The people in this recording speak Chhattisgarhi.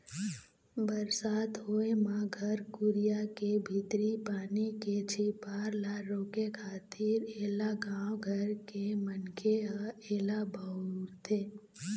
बरसात होय म घर कुरिया के भीतरी पानी के झिपार ल रोके खातिर ऐला गाँव घर के मनखे ह ऐला बउरथे